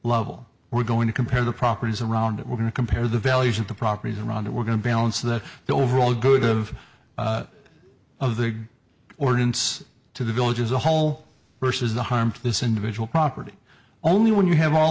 level we're going to compare the properties around we're going to compare the values and the properties around it we're going to balance that the overall good of of the ordinance to the village as a whole versus the harm to this individual property only when you have all